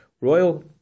Royal